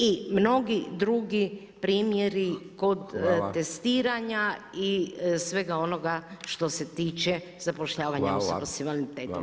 I mnogi drugi primjeri kod testiranja i svega onoga što se tiče zapošljavanja osoba sa invaliditetom.